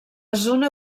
zona